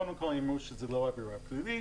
קודם כל, הם אמרו שזאת לא עבירה פלילית